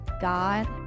God